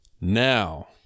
Now